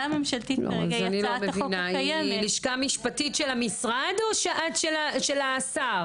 אני לא מבינה אם לשכה משפטית של המשרד או של השר.